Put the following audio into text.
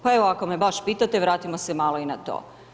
Pa evo, ako me baš pitate, vratimo se malo i na to.